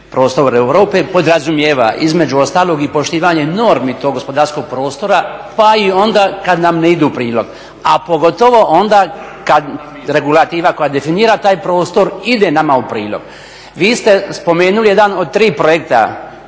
prostor Europe podrazumijeva između ostalog i poštivanje normi tog gospodarskog prostora, pa i onda kad nam ne ide u prilog, a pogotovo onda kad regulativa koja definira taj prostor ide nama u prilog. Vi ste spomenuli jedan od tri projekta